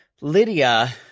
Lydia